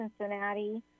Cincinnati